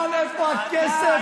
אתה שאלת כל הזמן איפה הכסף.